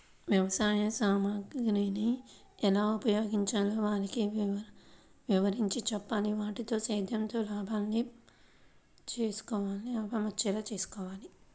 వ్యవసాయ సామగ్రిని ఎలా ఉపయోగించాలో వారికి వివరించి చెప్పాలి, వాటితో సేద్యంలో లాభాలొచ్చేలా చేసుకోమనాలి